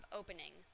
opening